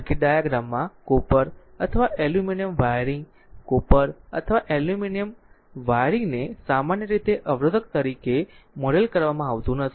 circuit ડાયાગ્રામમાં copper અથવા aluminium wiring copper અથવા એલ્યુમિનિયમ વાયરિંગને સામાન્ય રીતે અવરોધ તરીકે મોડેલ કરવામાં આવતું નથી